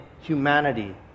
humanity